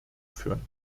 führen